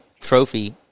trophy